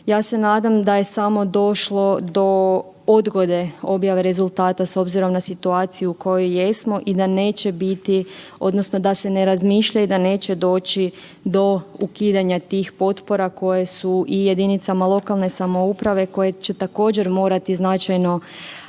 Ja se nadam da je samo došlo do odgode objave rezultata s obzirom na situaciju u kojoj jesmo i da neće biti odnosno da se ne razmišlja i da neće doći do ukidanja tih potpora koje su i jedinicama lokalne samouprave koje će također morati značajno